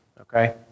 okay